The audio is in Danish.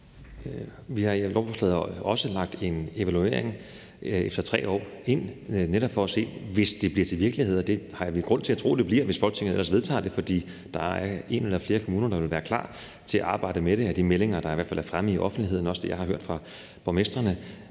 Vi har i lovforslaget også lagt en evaluering efter 3 år ind, netop for at se på det, hvis det bliver til virkelighed, og det har vi grund til at tro det bliver, hvis Folketinget ellers vedtager det, for der er en eller flere kommuner, der vil være klar til at arbejde med det. Det er i hvert fald de meldinger, der har været fremme i offentligheden, og det er også det, jeg har hørt fra borgmestrene,